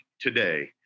today